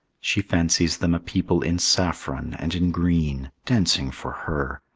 she fancies them a people in saffron and in green, dancing for her.